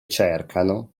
cercano